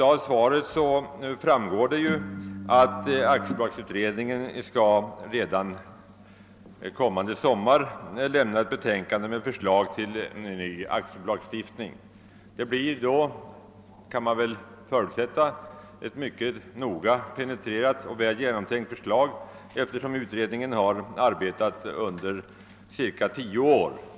Av svaret framgår det att aktiebolagsutredningen redan kommande sommar skall lämna ett betänkande med förslag till ny aktiebolagslagstiftning. Det blir då, kan man väl förutsätta, ett mycket noga penetrerat och väl genomtänkt förslag, eftersom utredningen vid det laget har arbetat under cirka tio år.